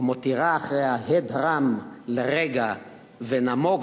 או מותירה אחריה הד רם לרגע ונמוגה,